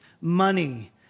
money